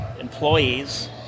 employees